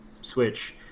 switch